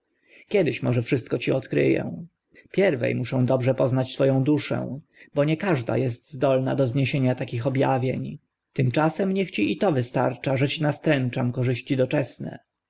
kiedyś może wszystko ci odkry ę pierwe muszę dobrze poznać two ą duszę bo nie każda est zdolna do zniesienia takich ob awień tymczasem niech ci i to wystarcza że ci nastręczam korzyści doczesne